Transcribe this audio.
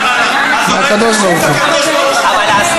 זה מהקדוש-ברוך-הוא.